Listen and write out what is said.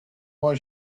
why